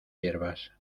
hierbas